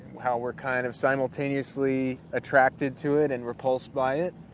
how we're kind of simultaneously attracted to it and repulsed by it.